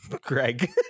Greg